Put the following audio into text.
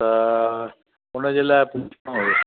त उनजे लाइ पुछिणो हुयो